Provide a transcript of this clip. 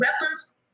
weapons